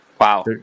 Wow